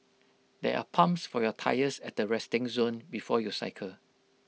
there are pumps for your tyres at the resting zone before you cycle